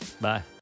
Bye